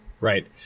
Right